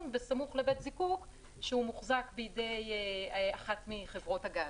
סמוך לבית זיקוק שהוא מוחזק בידי אחת מחברות הגז.